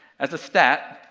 as a stat,